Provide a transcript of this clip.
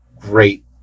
great